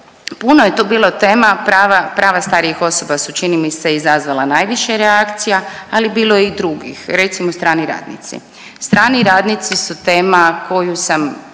Puno je tu bilo tema, prava starijih osoba su čini mi se izazvala najviše reakcija, ali bilo je i drugih. Recimo strani radnici. Strani radnici su tema koju sam